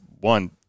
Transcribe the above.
one